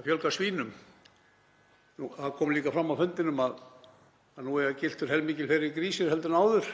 að fjölga svínum. Það kom líka fram á fundinum að nú eiga gyltur heilmikið fleiri grísir heldur en áður.